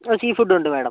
ആ seafood ഉണ്ട് madam